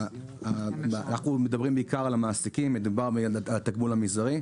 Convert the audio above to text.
אנחנו מדברים בעיקר על המעסיקים ועל התגמול המזערי.